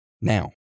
Now